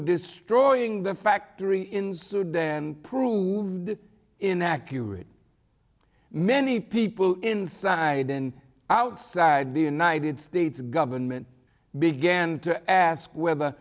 destroying the factory in sudan proved inaccurate many people inside and outside the united states government began to ask whether